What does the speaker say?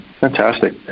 Fantastic